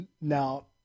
Now